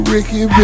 Ricky